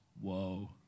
Whoa